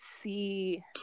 see